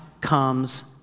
comes